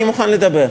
אני מוכן לדבר,